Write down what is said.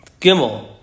Gimel